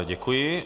Děkuji.